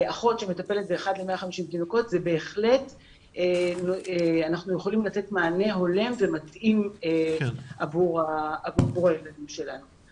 אנחנו בהחלט יכולים לתת מענה הולם ומתאים עבור הילדים שלנו.